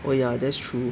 oh ya that's true